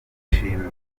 ishimwe